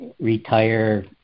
retire